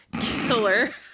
Killer